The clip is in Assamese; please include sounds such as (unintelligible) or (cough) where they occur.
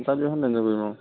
(unintelligible)